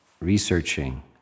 researching